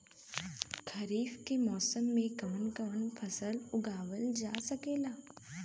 खरीफ के मौसम मे कवन कवन फसल उगावल जा सकेला?